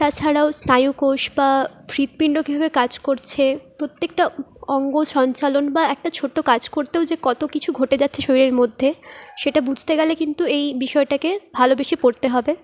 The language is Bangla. তাছাড়াও স্নায়ুকোষ বা হৃৎপিণ্ড কীভাবে কাজ করছে প্রত্যেকটা অঙ্গ সঞ্চালন বা একটা ছোট্ট কাজ করতেও যে কতো কিছু ঘটে যাচ্ছে শরীরের মধ্যে সেটা বুঝতে গেলে কিন্তু এই বিষয়টাকে ভালোবেসে পড়তে হবে